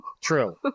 true